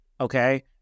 Okay